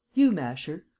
you, masher?